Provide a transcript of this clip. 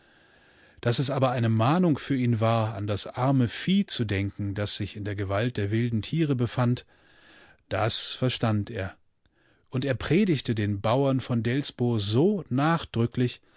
daß es aber eine mahnung für ihn war an das arme vieh zu denken das sich in der gewalt der wilden tiere befand das verstand er und er predigte den bauern von delsbo so nachdrücklich